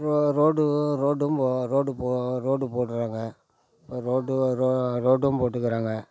row ரோடும் ரோடும் போ ரோடு போ ரோடு போடுறாங்க இப்போ ரோடு வரும் ரோடும் போட்டுக்கிறாங்க